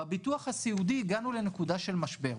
בביטוח הסיעודי הגענו לנקודה של משבר.